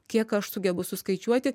kiek aš sugebu suskaičiuoti